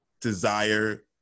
desire